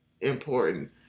important